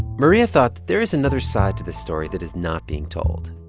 maria thought that there is another side to this story that is not being told,